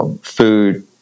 food